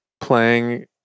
playing